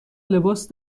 لباس